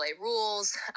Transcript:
rules